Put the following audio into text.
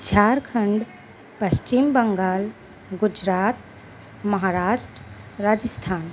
Jharkhand Paschim Bengal Gujarat Maharashtra Rajasthan